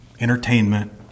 Entertainment